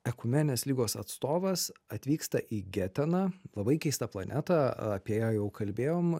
ekumenės lygos atstovas atvyksta į geteną labai keistą planetą apie ją jau kalbėjom